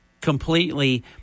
completely